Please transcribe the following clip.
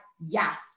yes